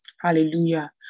Hallelujah